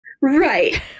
Right